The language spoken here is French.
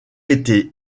été